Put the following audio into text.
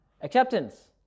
Acceptance